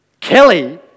Kelly